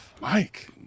Mike